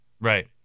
Right